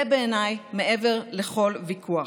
זה בעיניי מעבר לכל ויכוח.